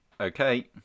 okay